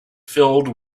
filled